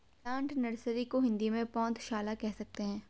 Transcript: plant nursery को हिंदी में पौधशाला कह सकते हैं